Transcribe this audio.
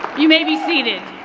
you may be seated.